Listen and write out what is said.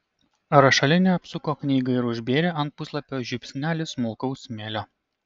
rašalinė apsuko knygą ir užbėrė ant puslapio žiupsnelį smulkaus smėlio